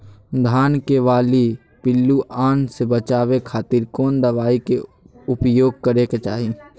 धान के बाली पिल्लूआन से बचावे खातिर कौन दवाई के उपयोग करे के चाही?